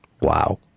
Wow